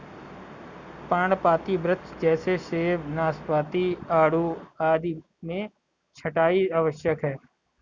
पर्णपाती वृक्ष जैसे सेब, नाशपाती, आड़ू आदि में छंटाई आवश्यक है